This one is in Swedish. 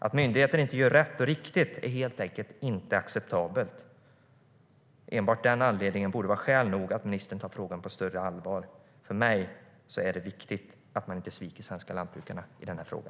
Att myndigheten inte gör rätt och riktigt är helt enkelt inte acceptabelt. Enbart den anledningen borde vara skäl nog att ministern tar frågan på större allvar. För mig är det viktigt att man inte sviker de svenska lantbrukarna i denna fråga.